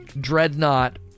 Dreadnought